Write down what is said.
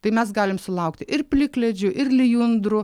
tai mes galim sulaukti ir plikledžių ir lijundrų